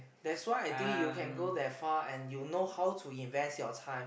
that's why I think you can go that far and you know how to invest your time